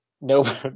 no